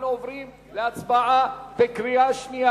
אנחנו עוברים להצבעה בקריאה שנייה,